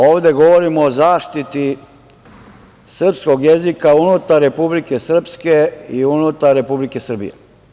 Ovde govorimo o zaštiti srpskog jezika unutar Republike Srpske i unutar Republike Srbije.